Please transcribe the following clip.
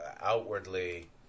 outwardly